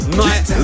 night